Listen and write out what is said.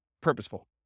purposeful